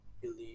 believe